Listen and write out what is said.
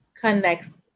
connects